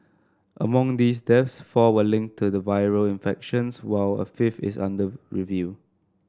among these deaths four were linked to the viral infections while a fifth is under review